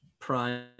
prime